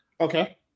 Okay